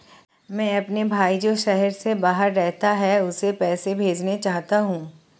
मैं अपने भाई जो शहर से बाहर रहता है, उसे पैसे भेजना चाहता हूँ